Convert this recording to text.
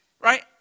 Right